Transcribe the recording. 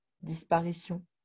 disparition